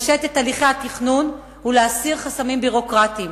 לפשט את הליכי התכנון ולהסיר חסמים ביורוקרטיים